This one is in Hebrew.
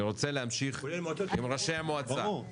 אני רוצה להמשיך עם ראשי המועצה.